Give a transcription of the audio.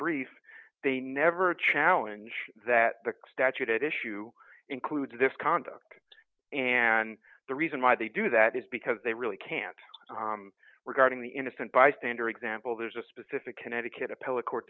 brief they never challenge that the statute at issue includes this conduct and the reason why they do that is because they really can't regarding the innocent bystander example there's a specific connecticut appellate court